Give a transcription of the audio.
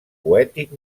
poètic